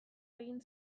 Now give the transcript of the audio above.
egin